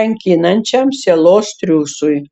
kankinančiam sielos triūsui